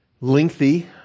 lengthy